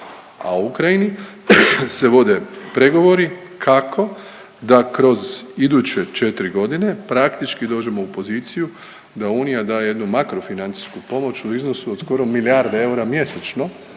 a o Ukrajini se vode pregovori kako da kroz iduće 4.g. praktički dođemo u poziciju da Unija da jednu makro financijsku pomoć u iznosu od skoro milijarde eura mjesečno